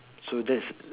so that's